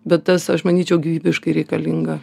bet tas aš manyčiau gyvybiškai reikalinga